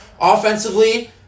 offensively